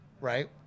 right